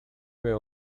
miał